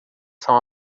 são